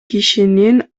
кишинин